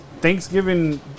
Thanksgiving